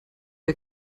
wer